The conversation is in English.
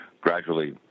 gradually